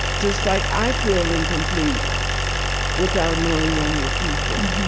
just like i feel incomplete without knowing younger people.